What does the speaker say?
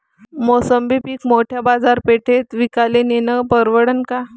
मोसंबी पीक मोठ्या बाजारपेठेत विकाले नेनं परवडन का?